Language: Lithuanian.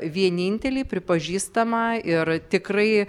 vienintelį pripažįstamą ir tikrai